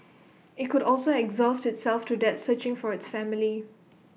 IT could also exhaust itself to death searching for its family